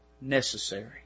necessary